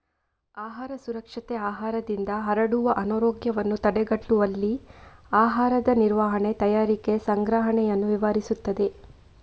ಆಹಾರ ಸುರಕ್ಷತೆ ಆಹಾರದಿಂದ ಹರಡುವ ಅನಾರೋಗ್ಯವನ್ನು ತಡೆಗಟ್ಟುವಲ್ಲಿ ಆಹಾರದ ನಿರ್ವಹಣೆ, ತಯಾರಿಕೆ, ಸಂಗ್ರಹಣೆಯನ್ನು ವಿವರಿಸುತ್ತದೆ